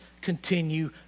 continue